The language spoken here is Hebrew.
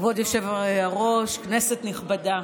כבוד היושב-ראש, כנסת נכבדה,